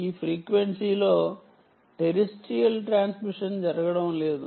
ఈ ఫ్రీక్వెన్సీలో terrestrial transmission జరగడం లేదు